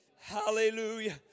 Hallelujah